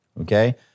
okay